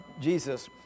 Jesus